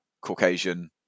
Caucasian